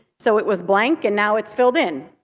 so it was blank, and now it's filled in.